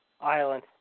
Island